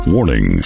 Warning